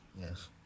Yes